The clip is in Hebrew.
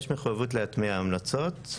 יש מחויבות להטמיע המלצות.